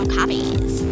copies